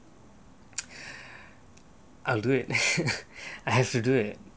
I'll do it I have to do it